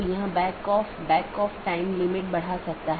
यहाँ N1 R1 AS1 N2 R2 AS2 एक मार्ग है इत्यादि